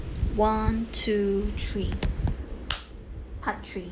one two three part three